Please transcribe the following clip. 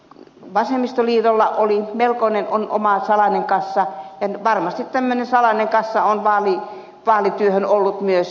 vasemmistoliitolla oli melkoinen oma salainen kassa ja varmasti tämmöinen salainen kassa on vaalityöhön ollut myös sdpllä